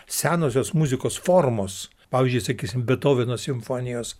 senosios muzikos formos pavyzdžiui sakysim bethoveno simfonijos